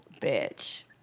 bitch